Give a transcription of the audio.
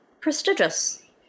prestigious